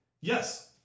Yes